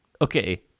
Okay